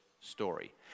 story